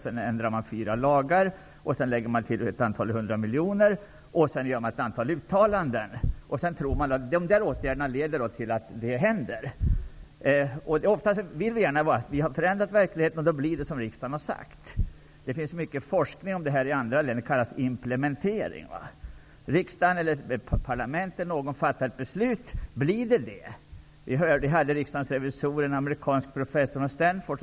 Man ändrar lagar och lägger till ett antal hundra miljoner. Man gör uttalanden. Sedan tror man att åtgärderna skall leda till att det man har uttalat händer. Ofta har vi i våra beskrivningar förändrat verkligheten, och då blir det som riksdagen har sagt. Det finns mycket forskning om detta i andra länder. Det kallas implementering. Parlamentet fattar ett beslut, men blir det som man har beslutat? Vi har hos riksdagens revisorer haft besök av en amerikansk professor från Stanford.